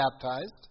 baptized